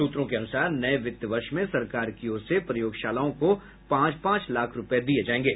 सूत्रों के अनुसार नये वित्त वर्ष में सरकार की ओर से प्रयोगशालाओं को पांच पांच लाख रूपये दिये जायेंगे